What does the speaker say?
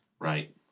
Right